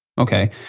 Okay